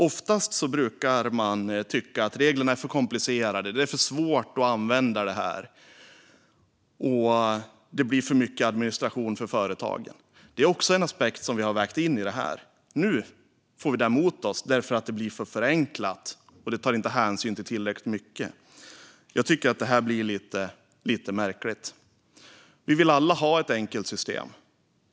Oftast brukar man tycka att reglerna är för komplicerade, att de är för svåra att använda och att det blir för mycket administration för företagen. Det är också en aspekt som vi har vägt in i förslaget. Nu får vi det emot oss för att det blir för förenklat och inte tar hänsyn till tillräckligt mycket. Jag tycker att det här blir lite märkligt. Vi vill alla ha ett enkelt system.